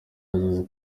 ageze